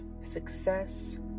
success